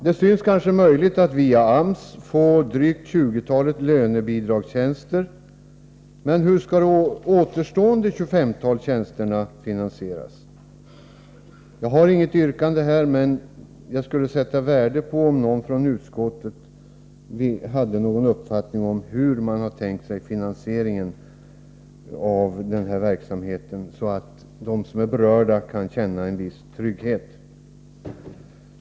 Det synes kanske möjligt att via AMS få drygt 20-talet lönebidragstjänster, men hur skall det återstående 25-talet tjänster finansieras? Jag har inget yrkande på denna punkt, men jag skulle sätta värde på om någon från utskottet hade någon uppfattning om hur man har tänkt sig finansieringen av denna verksamhet, så att de som är berörda kan känna en viss trygghet.